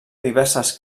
diverses